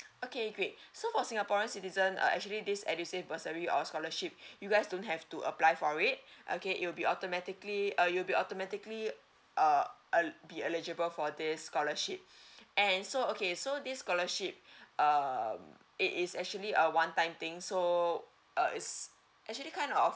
okay great so for singaporean citizen uh actually this edusave bursary or scholarship you guys don't have to apply for it okay it will be automatically uh you will be automatically uh el~ be eligible for this scholarship and so okay so this scholarship um it is actually a one time thing so uh it's actually kind of